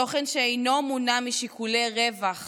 תוכן שאינו מונע משיקולי רווח